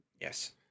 Yes